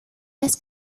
las